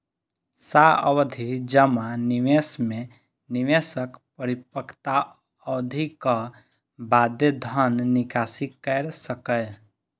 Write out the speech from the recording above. सावधि जमा निवेश मे निवेशक परिपक्वता अवधिक बादे धन निकासी कैर सकैए